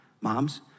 moms